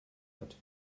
hat